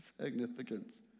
significance